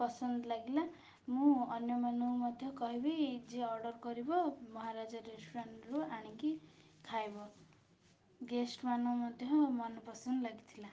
ପସନ୍ଦ ଲାଗିଲା ମୁଁ ଅନ୍ୟମାନଙ୍କୁ ମଧ୍ୟ କହିବି ଯିଏ ଅର୍ଡ଼ର୍ କରିବ ମହାରାଜା ରେଷ୍ଟୁରାଣ୍ଟରୁ ଆଣିକି ଖାଇବ ଗେଷ୍ଟ ମାନ ମଧ୍ୟ ମନ ପସନ୍ଦ ଲାଗିଥିଲା